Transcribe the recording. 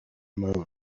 moon